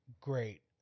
great